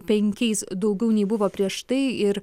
penkiais daugiau nei buvo prieš tai ir